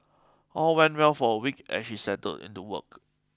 all went well for a week as she settled into work